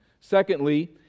Secondly